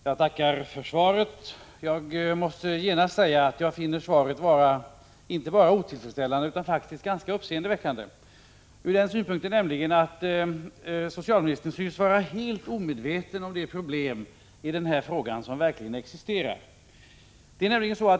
Herr talman! Jag tackar för svaret. Jag måste genast säga att jag finner svaret vara inte bara otillfredsställande utan också ganska uppseendeväckande, nämligen ur den synpunkten att socialministern synes vara helt omedveten om de problem som existerar i det här fallet.